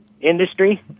industry